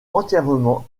entièrement